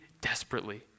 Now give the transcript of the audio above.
desperately